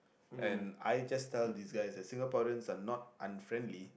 and I just tell these guys that Singaporean are not unfriendly